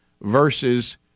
versus